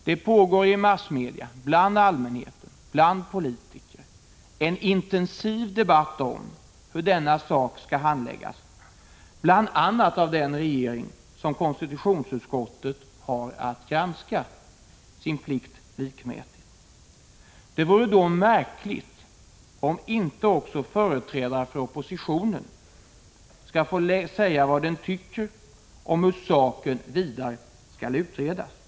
Det pågår i massmedia, bland allmänheten och politiker en intensiv debatt om hur denna sak skall handläggas, bl.a. av den regering som konstitutionsutskottet har plikten att granska. Det vore då märkligt om inte också företrädare för oppositionen skulle få säga hur de tycker att denna sak vidare skall utredas. Prot.